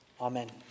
Amen